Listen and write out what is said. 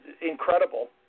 Incredible